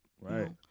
Right